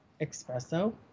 Espresso